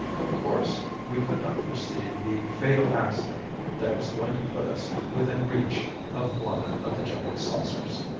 of course we could not foresee the fatal accident that was going to put us within reach of one of the giant saucers.